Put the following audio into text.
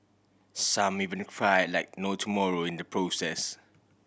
some even fly like no tomorrow in the process